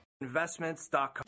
Investments.com